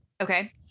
Okay